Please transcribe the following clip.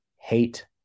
hate